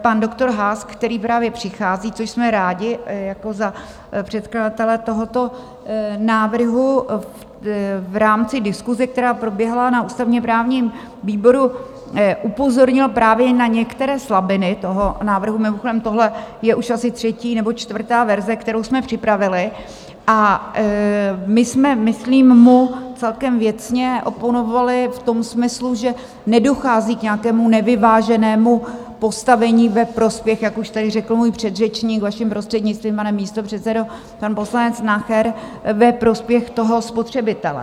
Pan doktor Haas který právě přichází, což jsme rádi za předkladatele tohoto návrhu v rámci diskuse, která proběhla na ústavněprávním výboru, upozornil právě na některé slabiny toho návrhu, tohle je už asi třetí nebo čtvrtá verze, kterou jsme připravili, a my jsme myslím mu celkem věcně oponovali v tom smyslu, že nedochází k nějakému nevyváženému postavení ve prospěch jak už tady řekl můj předřečník, vaším prostřednictvím, pane místopředsedo, pan poslanec Nacher ve prospěch spotřebitele.